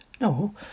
no